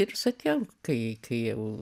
ir sakiau kai kai jau